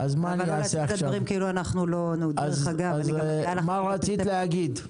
אנחנו מדברים כאילו אנחנו לא --- מה רצית להגיד?